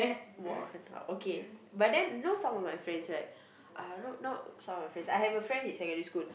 !wah! 很好 okay but then you know some of my friends right uh know know some of my friends I have a friend in secondary school